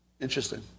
Interesting